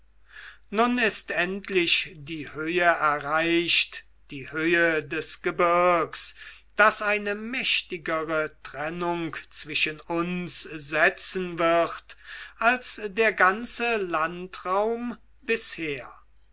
nun ist endlich die höhe erreicht die höhe des gebirgs das eine mächtigere trennung zwischen uns setzen wird als der ganze landraum bisher